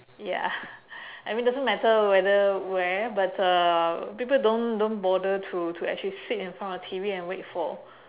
ya I mean doesn't matter whether where but uh people don't don't bother to to actually sit in front of T_V and wait for